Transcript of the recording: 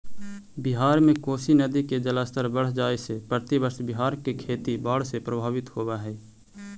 बिहार में कोसी नदी के जलस्तर बढ़ जाए से प्रतिवर्ष बिहार के खेती बाढ़ से प्रभावित होवऽ हई